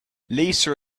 lisa